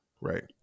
Right